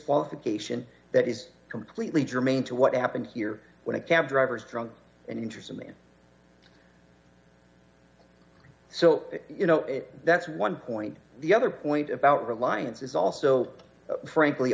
qualification that is completely germane to what happened here when a cab drivers drunk and interested me so you know that's one point the other point about reliance is also frankly